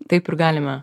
taip ir galime